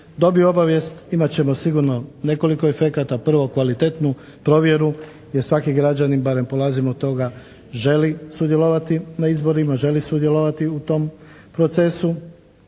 dobiju obavijest imat ćemo sigurno nekoliko efekata. Prvo, kvalitetnu provjeru jer svaki građanin, barem polazim od toga želi sudjelovati na izborima, želi sudjelovati u tom procesu.